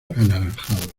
anaranjado